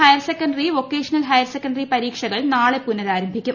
higher secondary vocational higher secondary പരീക്ഷകൾ നാളെ പുനരാരംഭിക്കും